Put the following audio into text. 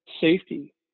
safety